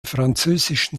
französischen